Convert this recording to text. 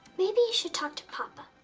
maybe you should talk to papa.